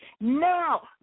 Now